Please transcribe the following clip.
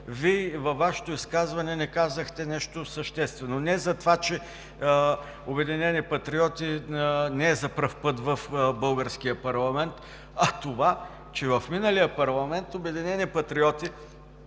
Вие във Вашето изказване не казахте нещо съществено. Не затова, че „Обединени патриоти“ не е за първи път в българския парламент, а това, че в миналия парламент „Обединени патриоти“